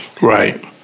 Right